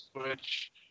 Switch